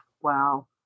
Wow